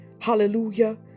Hallelujah